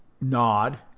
nod